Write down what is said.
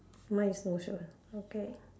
mine is no shoes okay